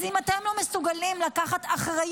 אז אם אתה לא מסוגלים לקחת אחריות,